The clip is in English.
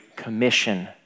commission